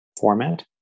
format